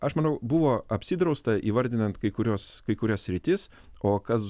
aš manau buvo apsidrausta įvardinant kai kuriuos kai kurias sritis o kas